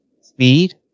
speed